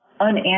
unanswered